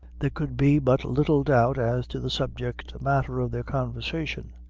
there could be but little doubt as to the subject matter of their conversation.